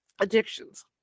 addictions